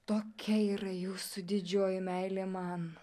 tokia yra jūsų didžioji meilė man